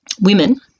women